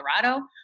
Colorado